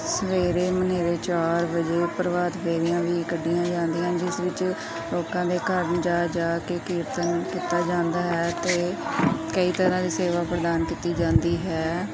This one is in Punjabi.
ਸਵੇਰੇ ਹਨੇਰੇ ਚਾਰ ਵਜੇ ਪ੍ਰਭਾਤ ਫੇਰੀਆਂ ਵੀ ਕੱਢੀਆਂ ਜਾਂਦੀਆਂ ਜਿਸ ਵਿੱਚ ਲੋਕਾਂ ਦੇ ਘਰ ਜਾ ਜਾ ਕੇ ਕੀਰਤਨ ਕੀਤਾ ਜਾਂਦਾ ਹੈ ਅਤੇ ਕਈ ਤਰ੍ਹਾਂ ਦੀ ਸੇਵਾ ਪ੍ਰਦਾਨ ਕੀਤੀ ਜਾਂਦੀ ਹੈ